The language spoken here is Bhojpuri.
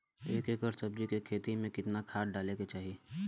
एक एकड़ सब्जी के खेती में कितना खाद डाले के चाही?